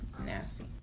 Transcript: nasty